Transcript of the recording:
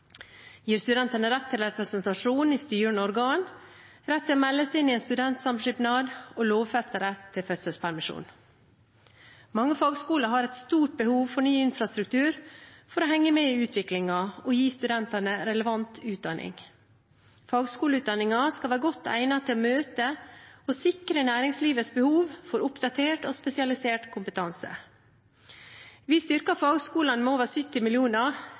gir studentene rett til representasjon i styrende organ, gir rett til å melde seg inn i studentsamskipnad og lovfester rett til fødselspermisjon. Mange fagskoler har et stort behov for ny infrastruktur for å henge med i utviklingen og gi studentene relevant utdanning. Fagskoleutdanningen skal være godt egnet til å møte og sikre næringslivets behov for oppdatert og spesialisert kompetanse. Vi styrker fagskolene med over 70